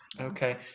Okay